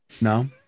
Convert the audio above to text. No